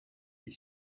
est